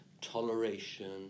toleration